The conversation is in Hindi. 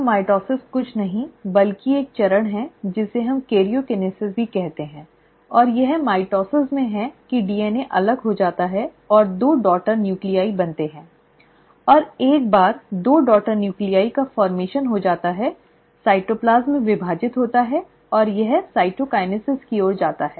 अब माइटोसिस कुछ नहीं बल्कि एक चरण है जिसे हम कैरोकेनेसिस भी कहते हैं और यह माइटोसिस में है कि डीएनए अलग हो जाता है और दो डॉटर नूक्लीआइ बनते हैं और एक बार दो डॉटर नूक्लीआइ का गठन हो जाता है साइटोप्लाज्म विभाजित होता है और यह साइटोकाइनेसिस की ओर जाता है